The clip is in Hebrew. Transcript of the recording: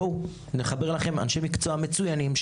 בואו נחבר לכם אנשי מקצוע מצוינים,